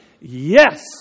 yes